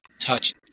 touch